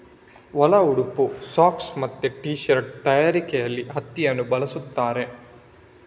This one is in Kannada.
ಒಳ ಉಡುಪು, ಸಾಕ್ಸ್ ಮತ್ತೆ ಟೀ ಶರ್ಟ್ ತಯಾರಿಕೆಯಲ್ಲಿ ಹತ್ತಿಯನ್ನ ಬಳಸ್ತಾರೆ